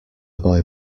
boy